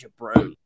jabroni